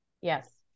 yes